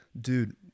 Dude